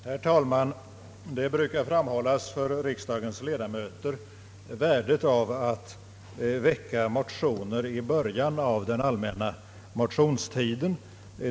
Herr talman! För riksdagens ledamöter brukar framhållas värdet av att väcka motioner i början av den allmänna motionstiden.